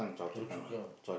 don't choke lah